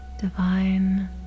divine